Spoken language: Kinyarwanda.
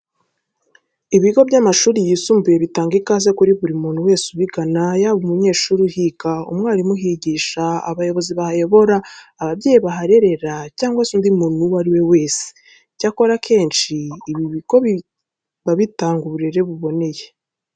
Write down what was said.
Ibigo by'amashuri yisumbuye bitanga ikaze kuri buri muntu wese ubigana yaba umunyeshuri uhiga, umwarimu uhigisha, abayobozi bahayobora, ababyeyi baharerera cyangwa se undi muntu uwo ari we wese. Icyakora akenshi ibi bigo biba bitanga uburere buboneye.